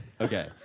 okay